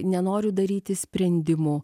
nenoriu daryti sprendimų